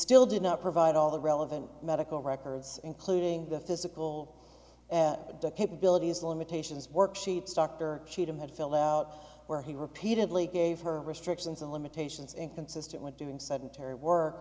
still did not provide all the relevant medical records including the physical capabilities limitations worksheets dr cheatham had filled out where he repeatedly gave her restrictions and limitations inconsistent with doing sedentary work